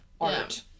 art